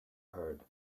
heard